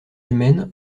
humaine